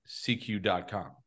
CQ.com